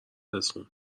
رسوند